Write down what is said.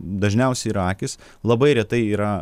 dažniausiai yra akys labai retai yra